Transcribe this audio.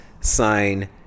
sign